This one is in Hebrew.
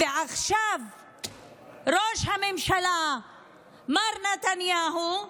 ועכשיו ראש הממשלה מר נתניהו,